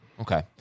Okay